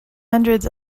hundreds